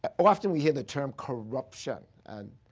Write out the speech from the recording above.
and often we hear the term corruption. and